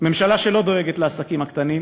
ממשלה שלא דואגת לעסקים הקטנים,